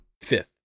Fifth